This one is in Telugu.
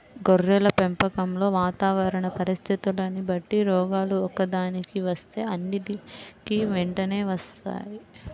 గొర్రెల పెంపకంలో వాతావరణ పరిస్థితులని బట్టి రోగాలు ఒక్కదానికి వస్తే అన్నిటికీ వెంటనే వ్యాపిస్తాయి